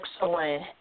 Excellent